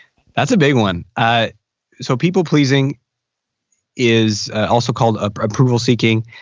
that's a big one. ah so people pleasing is also called ah approval seeking.